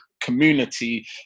community